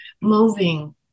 moving